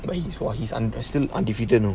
but he's what he's under still undefeated you know